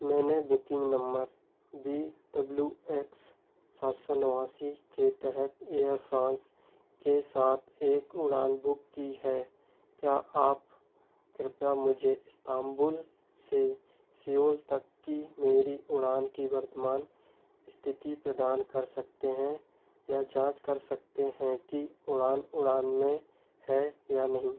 मैंने booking number B W X सात सौ नवासी के तहत एयर फ़्रांस के साथ एक उड़ान बुक की है क्या आप कृपया मुझे इस्तांबुल से सियोल तक की मेरी उड़ान की वर्तमान स्थिति प्रदान कर सकते हैं यह जाँच कर सकते हैं कि उड़ान उड़ान में है या नहीं